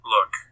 Look